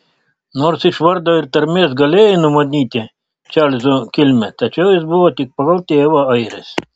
nors iš vardo ir tarmės galėjai numanyti čarlzo kilmę tačiau jis buvo tik pagal tėvą airis